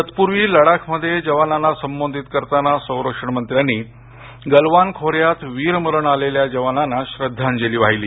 तत्पूर्वी लडाखमध्ये जवानांना संबोधित करताना संरक्षण मंत्र्यांनी गल्वान खोऱ्यात वीरमरण आलेल्या जवानांना श्रद्धांजली वाहिली